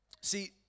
See